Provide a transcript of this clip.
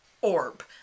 orb